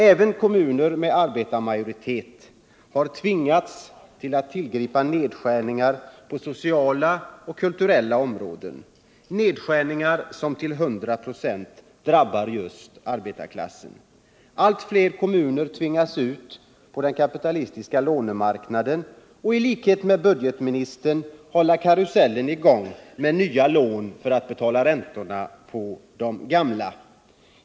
Även kommuner med arbetarmajoritet har tvingats tillgripa nedskärningar på sociala och kulturella områden, nedskärningar som till 100 96 drabbar arbetarklassen. Allt fler kommuner tvingas ut på den kapitalistiska lånemarknaden för att i likhet med budgetministern hålla karusellen i gång med nya lån för att betala räntorna på de gamla.